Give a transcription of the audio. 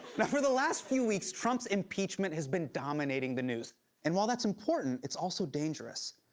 now, for the last few weeks, trump's impeachment has been dominating the news and while that's important, it's also dangerous.